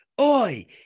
Oi